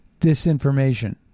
disinformation